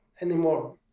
anymore